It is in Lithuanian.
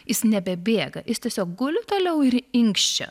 jis nebebėga jis tiesiog guli toliau ir inkščia